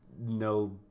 no